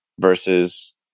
versus